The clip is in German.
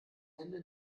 hände